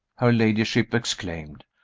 her ladyship exclaimed.